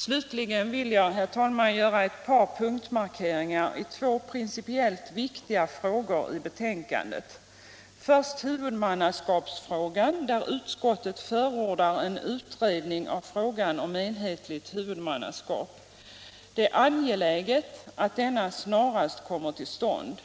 Slutligen vill jag, herr talman, göra ett par punktmarkeringar i två principiellt viktiga frågor i betänkandet: först i huvudmannaskapsfrågan, där utskottet förordar en utredning av frågan om enhetligt huvudman naskap. Det är angeläget att denna snarast kommer till stånd.